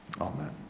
amen